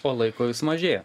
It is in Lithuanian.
o laiko vis mažėja